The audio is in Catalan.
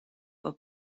pel